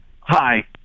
hi